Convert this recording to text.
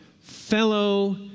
fellow